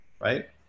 right